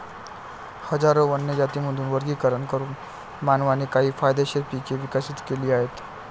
हजारो वन्य जातींमधून वर्गीकरण करून मानवाने काही फायदेशीर पिके विकसित केली आहेत